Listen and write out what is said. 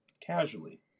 casually